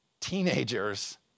teenagers